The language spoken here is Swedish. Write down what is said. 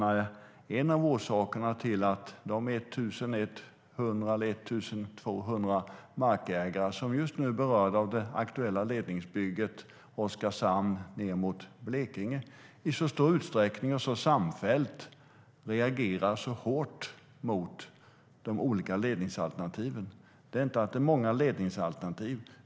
Jag tror att det är anledningarna till att de 1 100 eller 1 200 markägare som just nu är berörda av det aktuella ledningsbygget Oskarshamn ned mot Blekinge i stor utsträckning och samfällt reagerar hårt mot de olika ledningsalternativen. Det handlar inte om att det är många ledningsalternativ.